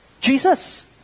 Jesus